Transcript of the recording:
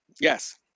yes